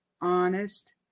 honest